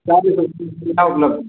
यहाँ पर सब चीज की सुविधा उपलब्ध है